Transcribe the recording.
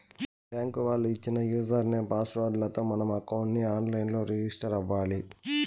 bank వాళ్ళు ఇచ్చిన user name, password లతో మనం అకౌంట్ ని ఆన్ లైన్ లో రిజిస్టర్ అవ్వాలి